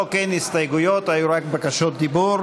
לחוק אין הסתייגויות, היו רק בקשות דיבור.